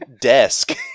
desk